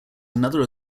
another